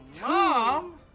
Mom